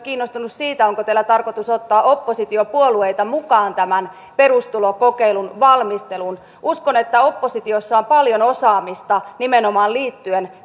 kiinnostunut myös siitä onko teillä tarkoitus ottaa oppositiopuolueita mukaan tämän perustulokokeilun valmisteluun uskon että oppositiossa on paljon osaamista nimenomaan liittyen